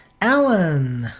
Alan